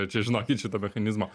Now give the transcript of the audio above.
čia žinokit šito mechanizmo